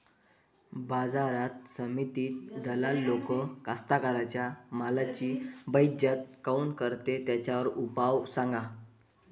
बाजार समितीत दलाल लोक कास्ताकाराच्या मालाची बेइज्जती काऊन करते? त्याच्यावर उपाव सांगा